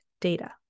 data